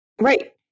Right